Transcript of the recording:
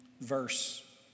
verse